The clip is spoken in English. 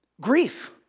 Grief